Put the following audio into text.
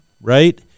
right